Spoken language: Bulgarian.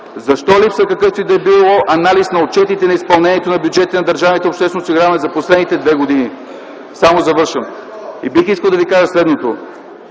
Защо липсва какъвто и да било анализ на отчетите за изпълнението на бюджетите на Държавното обществено осигуряване за последните две години? Завършвам, бих искал да ви кажа следното